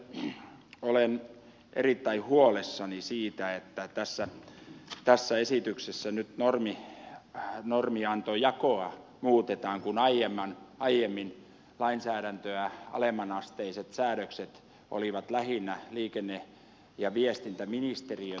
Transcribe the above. toisekseen olen erittäin huolissani siitä että tässä esityksessä nyt norminantojakoa muutetaan kun aiemmin lainsäädäntöä alemmanasteiset säädökset olivat lähinnä liikenne ja viestintäministeriön toimialaa